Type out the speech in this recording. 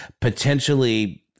potentially